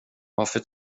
varför